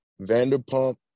Vanderpump